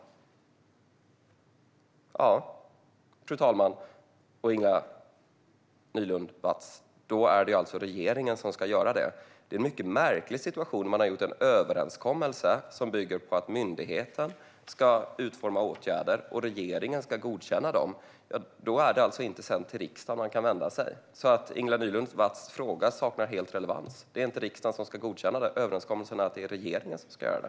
Det är alltså, fru talman och Ingela Nylund Watz, regeringen som ska göra det. Det är en mycket märklig situation när man har gjort en överenskommelse som bygger på att myndigheten ska utforma åtgärder och regeringen ska godkänna dem. Då är det alltså inte till riksdagen man sedan kan vända sig. Så Ingela Nylund Watz fråga saknar helt relevans. Det är inte riksdagen som ska godkänna överenskommelserna; det är regeringen som ska göra det.